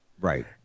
Right